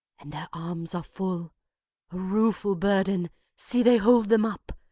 and their arms are full a rueful burden see, they hold them up,